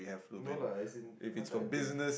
no lah it's in I'm trying to think